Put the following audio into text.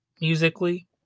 musically